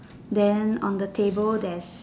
then on the table there's